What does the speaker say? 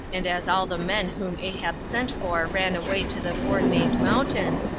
and as all the men whom ahab sent for ran away to the forenamed mountain,